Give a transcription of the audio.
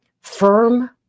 firm